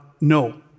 no